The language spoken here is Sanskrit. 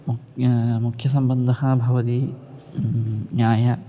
मुख्यः मुख्यसम्बन्धः भवति न्यायं